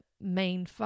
main